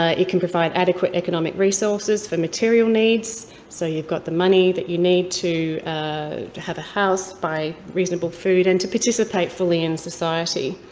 ah it can provide adequate economic resources for material needs, so you've got the money that you need to ah to have a house, buy reasonable food, and participate fully in society.